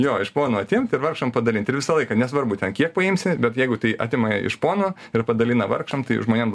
jo iš pono atimt ir vargšam padalint ir visą laiką nesvarbu ten kiek paimsi bet jeigu tai atima iš pono ir padalina vargšam tai žmonėm